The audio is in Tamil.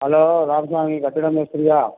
ஹலோ ராமசாமி கட்டிட மேஸ்திரியா